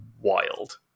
wild